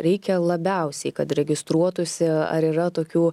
reikia labiausiai kad registruotųsi ar yra tokių